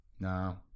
no